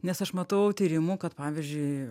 nes aš matau tyrimų kad pavyzdžiui